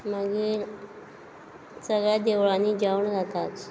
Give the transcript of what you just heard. मागीर सगळ्या देवळांनी जेवण जाताच